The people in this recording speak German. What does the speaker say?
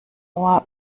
ohr